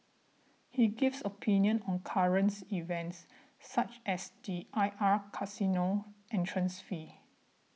he gives opinions on currents events such as the I R casino entrance fee